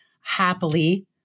happily